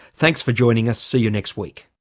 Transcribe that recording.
thanks for joining us, see you next week